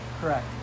correct